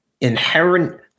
inherent